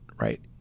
right